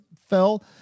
fell